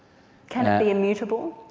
can it be immutable?